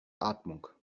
atmung